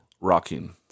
Rocking